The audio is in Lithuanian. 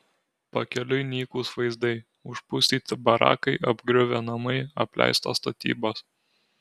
pakeliui nykūs vaizdai užpustyti barakai apgriuvę namai apleistos statybos